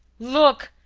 look!